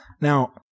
Now-